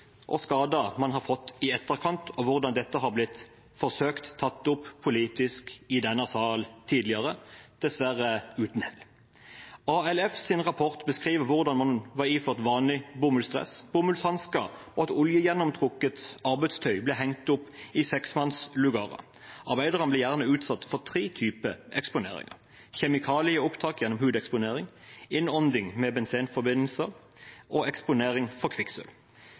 skader man har fått i etterkant, og hvordan dette har blitt forsøkt tatt opp politisk i denne sal tidligere, dessverre uten hell. A.L.F.s rapport beskriver hvordan man var iført vanlig bomullsdress og bomullshansker, og at oljegjennomtrukket arbeidstøy ble hengt opp i seksmannslugarer. Arbeiderne ble gjerne utsatt for tre typer eksponeringer: kjemikalieopptak gjennom hudeksponering innånding med benzenforbindelser eksponering for kvikksølv